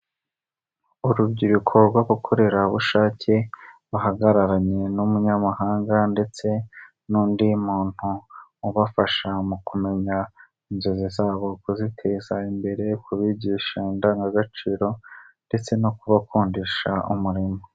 Urubyiruko rw'abakorerabushake bahagararanye n'umunyamahanga ndetse n'undi muntu ubafasha mu kumenya inzozi zabo kuziteza imbere kubigisha indangagaciro ndetse no kubakundisha umurimo.